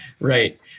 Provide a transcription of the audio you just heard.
right